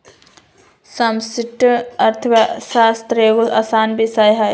समष्टि अर्थशास्त्र एगो असान विषय हइ